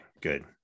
Good